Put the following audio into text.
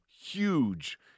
huge